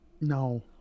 No